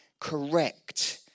correct